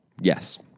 Yes